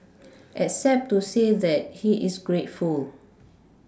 except to say that he is grateful